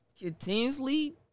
continuously